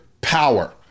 power